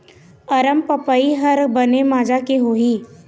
अरमपपई हर बने माजा के होही?